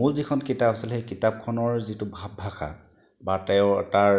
মোৰ যিখন কিতাপ আছিলে সেই কিতাপখনৰ যিটো ভাৱ ভাষা বা তেওঁৰ তাৰ